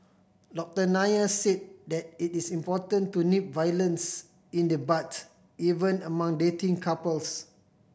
Doctor Nair said that it is important to nip violence in the bud even among dating couples